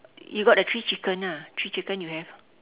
you got the three chicken ah three chicken you have